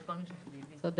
צודקת.